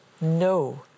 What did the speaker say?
no